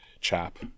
chap